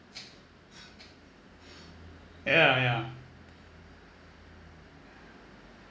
yeah yeah